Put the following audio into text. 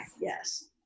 yes